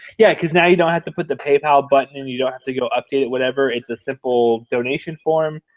yeah, cause now you don't have to put the paypal button and you don't have to go update it, whatever. it's a simple donation form.